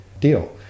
deal